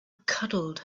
cuddled